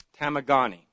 Tamagani